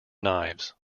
knives